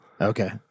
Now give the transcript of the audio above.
Okay